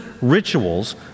rituals